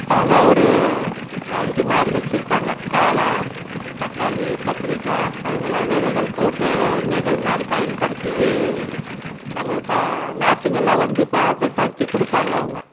அவங்க ஒரு ப இதுமாதிரி வெச்சுருப்பாங்க காளான் தக்காளி கத்திரிக்கா அதுங்கள்லாம் விதைகள் போட்டு நெகில் மாதிரி பயன்படுத்தி நம்ம ப நாற்றுங்கள்லாம் வந்து பதப்படுத்தி கொடுப்பாங்க அவங்க